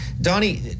Donnie